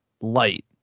light